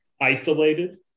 isolated